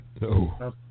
No